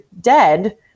dead